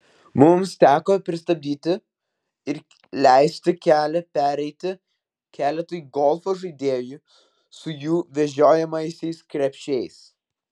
mums teko pristabdyti ir leisti kelią pereiti keletui golfo žaidėjų su jų vežiojamaisiais krepšiais